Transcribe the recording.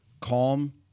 calm